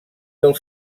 del